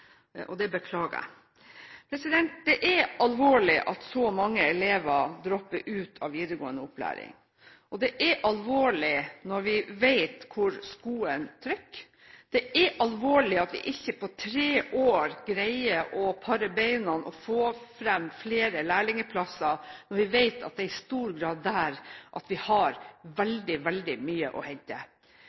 og det beklager jeg. Det er alvorlig at så mange elever dropper ut av videregående opplæring. Det er alvorlig når vi vet hvor skoen trykker. Det er alvorlig at vi ikke på tre år greier å pare bena og få fram flere lærlingplasser når vi vet at det i stor grad er der vi har veldig, veldig mye å hente